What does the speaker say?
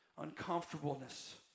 uncomfortableness